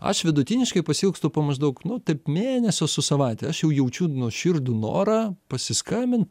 aš vidutiniškai pasiilgstu po maždaug nu taip mėnesio su savaite aš jaučiu nuoširdų norą pasiskambint